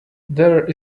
there